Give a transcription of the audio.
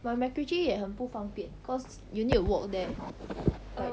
but macritchie 也很不方便 cause you need to walk there